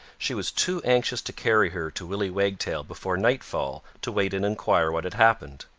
she was too anxious to carry her to willy wagtail before nightfall to wait and enquire what had happened.